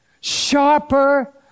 sharper